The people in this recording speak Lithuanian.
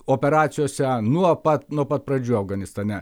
operacijose nuo pat nuo pat pradžių afganistane